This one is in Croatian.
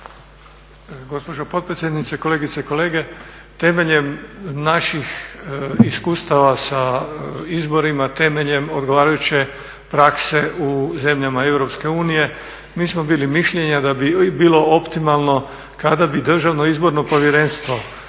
Gospođo potpredsjednice, kolegice i kolege temeljem naših iskustava sa izborima, temeljem odgovarajuće prakse u zemljama EU mi smo bili mišljenja da bi bilo optimalno kada bi DIP bilo profesionalno